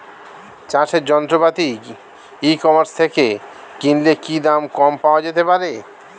চাষের যন্ত্রপাতি e commerce থেকে কিনলে কি দাম কম পাওয়া যেতে পারে?